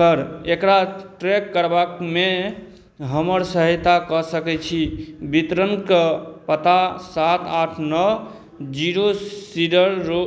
करि एकरा ट्रैक करबामे हमर सहायता कऽ सकै छी वितरणके पता सात आठ नओ जीरो सीडर रो